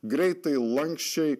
greitai lanksčiai